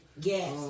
Yes